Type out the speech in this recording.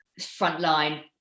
frontline